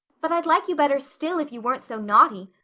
but i'd like you better still if you weren't so naughty.